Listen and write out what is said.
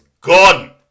gone